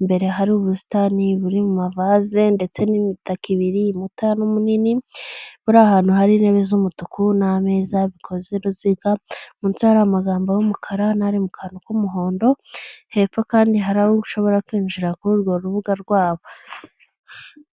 imbere hari ubusitani buri mavase ndetse n'imitako ibiri'ubunini buri ahantu hari intebe z'umutuku nmeza bikoze ruziga munsi hari amagambo y'umukara mu kantu k'umuhondo hepfo kandi hari aho ushobora kwinjira kuri urwo rubuga rwabo.